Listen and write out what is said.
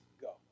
go